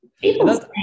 People